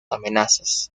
amenazas